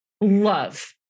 love